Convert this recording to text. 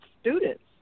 students